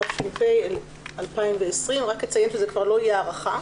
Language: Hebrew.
התש"ף 2020 אני רק אציין שזה כבר לא יהיה הארכה,